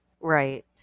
Right